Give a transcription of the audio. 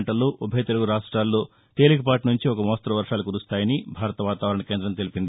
గంటల్లో ఉభయ తెలుగు రాష్టాల్లో తేలికపాటినుంచి ఒక మోస్తరు వర్షాలు కురుస్తాయని భారత వాతావరణ కేందం తెలిపింది